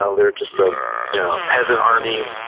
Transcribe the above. and they're just a peasant army.